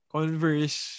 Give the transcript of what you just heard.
Converse